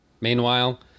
Meanwhile